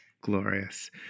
Glorious